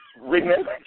Remember